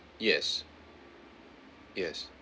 yes yes